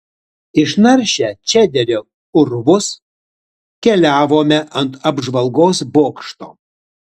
išnaršę čederio urvus keliavome ant apžvalgos bokšto